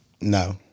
no